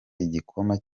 igikoma